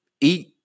eat